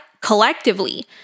collectively